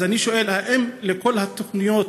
אז אני שואל: האם לכל התוכניות